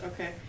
okay